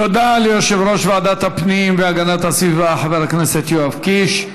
תודה ליושב-ראש ועדת הפנים והגנת הסביבה חבר הכנסת יואב קיש.